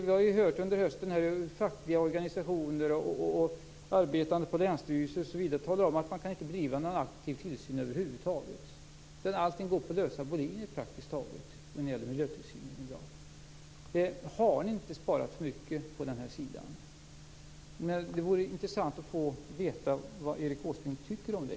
Vi har hört under hösten hur bl.a. fackliga organisationer och de som arbetar på länsstyrelser talar om att man inte kan bedriva en aktiv tillsyn över huvud taget. Allting går praktiskt taget på lösa boliner när det gäller miljötillsynen. Har ni inte sparat för mycket på det här området? Det vore intressant att få veta vad Erik Åsbrink tycker om det.